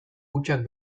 hutsak